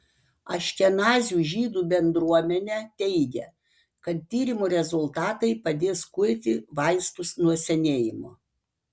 aškenazių žydų bendruomenę teigia kad tyrimo rezultatai padės kurti vaistus nuo senėjimo